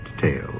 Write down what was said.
tale